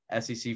sec